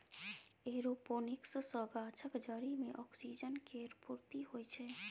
aeroponics सँ गाछक जरि मे ऑक्सीजन केर पूर्ती होइ छै